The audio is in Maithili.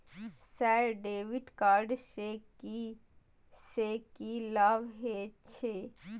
सर डेबिट कार्ड से की से की लाभ हे छे?